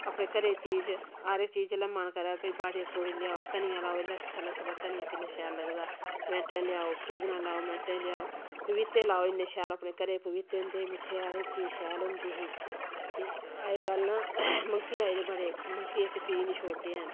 अपने घरै दी चीज हर इक चीज जेल्लै मन करै भाई बाड़ी दा तोड़ियै लेयाओ धनिया लेआयो एल्ले सैल्ला सैल्ला धनिया किन्ना शैल लगदा मैंटें लेयाओ पूतना लेयाओ मैंटें च लेयाओ पपीते लेयाओ इन्ने शैल अपने घरे दे पपीते होंदे मिट्ठे हर इक चीज शैल होंदी ही ते अज्जकल ना मंकी आई गेदे बड़े इत्थै मंकी इक चीज निं छोड़दे हैन